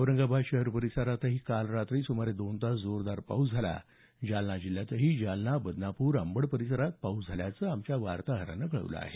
औरंगाबाद शहर परिसरात काल रात्री सुमारे दोन तास जोरदार पाऊस झाला जालना जिल्ह्यातही जालना बदनापूर अंबड परिसरात काल पाऊस झाल्याचं आमच्या वार्ताहरानं कळवलं आहे